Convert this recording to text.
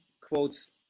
quotes